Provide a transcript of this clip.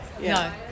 no